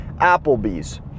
Applebee's